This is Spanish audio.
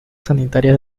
sanitarias